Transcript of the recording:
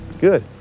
Good